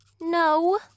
No